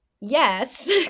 yes